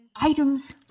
items